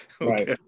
Right